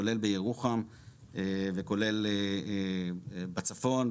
כולל בירוחם וכולל בצפון,